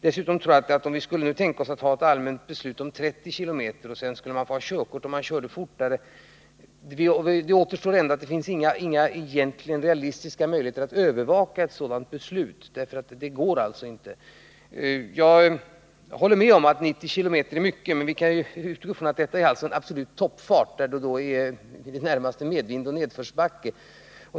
Dessutom tror ;ag att om vi skulle tänka oss att fatta ett allmänt beslut om en skoterhastighet av högst 30 km i timmen och att det skulle krävas körkort för att få köra fortare, skulle det egentligen inte återstå några realistiska möjligheter att övervaka efterlevnaden av ett sådant beslut. Det går alltså inte. Jag håller med om att 90 km i timmen är mycket, men vi kan utgå från att detta är en absolut toppfart, närmast möjlig bara i medvind och i nedförsbacke.